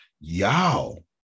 y'all